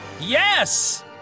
Yes